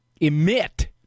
emit